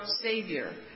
Savior